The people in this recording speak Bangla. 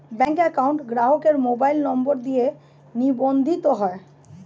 ব্যাঙ্ক অ্যাকাউন্ট গ্রাহকের মোবাইল নম্বর দিয়ে নিবন্ধিত হয়